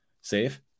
save